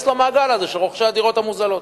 למעגל הזה של רוכשי הדירות המוזלות.